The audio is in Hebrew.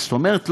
זאת אומרת,